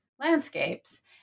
landscapes